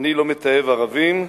אני לא מתעב ערבים.